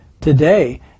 Today